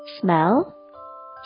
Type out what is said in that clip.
smell